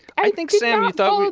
i think, sam, you thought.